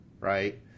right